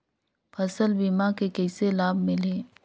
फसल बीमा के कइसे लाभ मिलही?